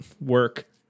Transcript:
work